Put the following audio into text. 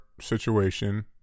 situation